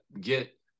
get